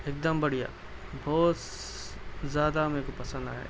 ایک دم بڑھیا بہت زیادہ میرے کو پسند آیا